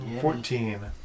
Fourteen